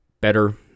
better